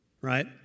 right